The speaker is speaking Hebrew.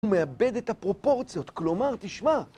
הוא מאבד את הפרופורציות, כלומר, תשמע...